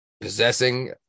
possessing